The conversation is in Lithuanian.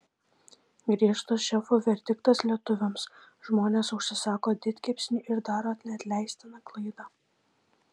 griežtas šefo verdiktas lietuviams žmonės užsisako didkepsnį ir daro neatleistiną klaidą